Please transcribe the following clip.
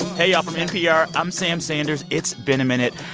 hey, y'all. from npr, i'm sam sanders. it's been a minute.